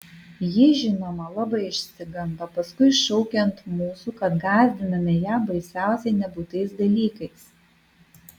ji žinoma labai išsigando paskui šaukė ant mūsų kad gąsdiname ją baisiausiai nebūtais dalykais